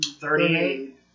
Thirty-eight